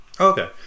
Okay